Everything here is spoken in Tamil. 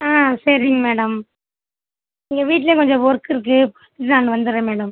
ஆ சரிங்க மேடம் இங்கே வீட்லயும் கொஞ்சம் ஒர்க் இருக்கு அங்கே வந்துடுறேன் மேடம்